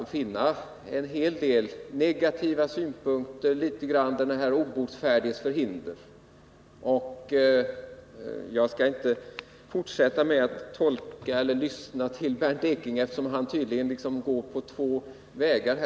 Då finner man 14 november 1979 en hel del negativa synpunkter och litet grand av den obotfärdiges förhinder. Bernt Ekinge försöker tydligen gå på två vägar.